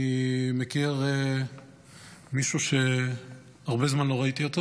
אני מכיר מישהו שהרבה זמן לא ראיתי,